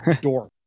dork